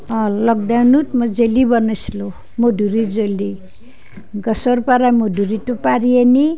অলপ জেলী বনাইছিলোঁ মধুৰীৰ জেলী গছৰ পৰা মধুৰীটো পাৰি আনি